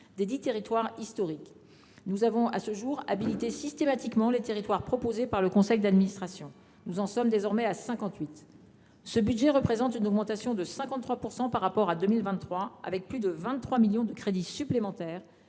des 10 territoires historiques. Jusqu’à présent, nous avons habilité systématiquement les territoires proposés par le conseil d’administration. Nous en sommes actuellement à 58. Ce budget enregistre une augmentation de 53 % par rapport à 2023, avec plus de 23 millions d’euros de crédits supplémentaires,